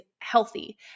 healthy